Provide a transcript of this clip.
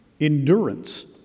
endurance